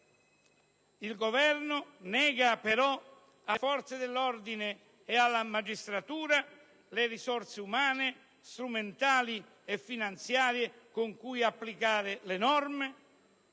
Il Governo nega però alle forze dell'ordine e alla magistratura le risorse umane, strumentali e finanziarie con cui applicare le norme,